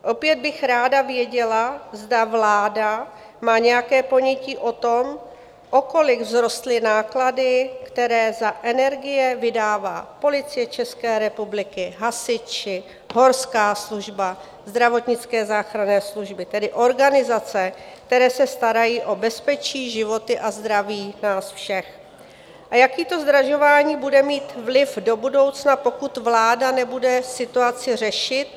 Opět bych ráda věděla, zda vláda má nějaké ponětí o tom, o kolik vzrostly náklady, které za energie vydává Policie České republiky, hasiči, Horská služba, zdravotnické záchranné služby, tedy organizace, které starají o bezpečí, životy a zdraví nás všech, a jaký to zdražování bude mít vliv do budoucna, pokud vláda nebude situaci řešit.